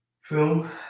film